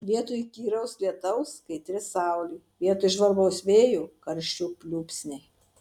vietoj įkyraus lietaus kaitri saulė vietoj žvarbaus vėjo karščio pliūpsniai